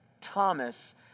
Thomas